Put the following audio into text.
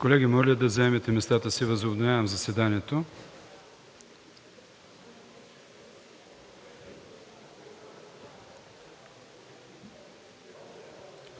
Колеги, моля да заемете местата си. Възобновявам заседанието.